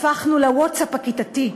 הפכנו לווטסאפ הכיתתי,